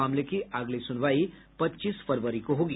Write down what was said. मामले की अगली सुनवाई पच्चीस फरवरी को होगी